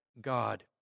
God